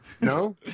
No